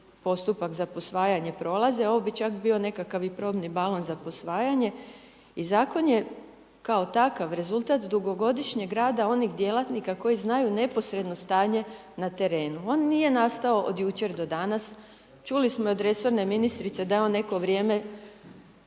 postupak za posvajanje prolaze, ovo bi čak bio nekakav i probni balon za posvajanje, i Zakon je kao takav rezultat dugogodišnjeg rada onih djelatnika koji znaju neposredno stanje na terenu. On nije nastao od jučer do danas, čuli smo od resorne ministrice da je on neko vrijeme